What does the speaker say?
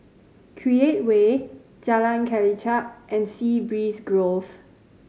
Create Way Jalan Kelichap and Sea Breeze Grove